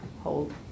hold